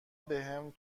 بهم